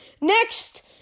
Next